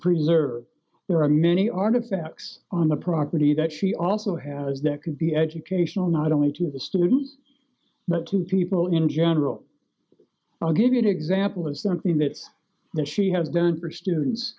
preserve there are many artifacts on the property that she also has that could be educational not only to the students but to people in general i'll give you an example of something that the she has done for students